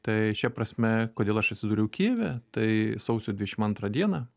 tai šia prasme kodėl aš atsidūriau kijeve tai sausio dvidešimt antrą dieną